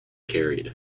carried